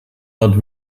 not